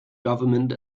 government